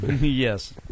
Yes